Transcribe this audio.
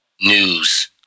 news